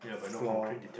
floor